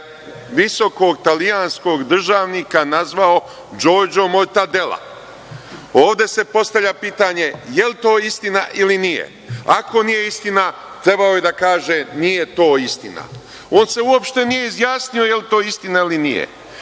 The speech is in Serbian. visokog italijanskog državnika nazvao Đorđo „Mortadela“.Ovde se postavlja pitanje – da li je to istina ili nije? Ako nije istina, trebao je da kaže – nije to istina. On se uopšte nije izjasnio da li je to istina ili nije,